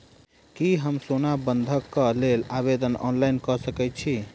की हम सोना बंधन कऽ लेल आवेदन ऑनलाइन कऽ सकै छी?